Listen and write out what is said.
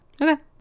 Okay